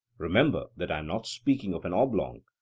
remember that i am not speaking of an oblong,